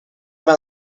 vem